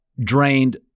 drained